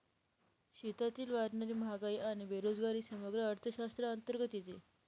देशातील वाढणारी महागाई आणि बेरोजगारी समग्र अर्थशास्त्राअंतर्गत येते